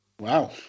Wow